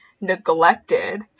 neglected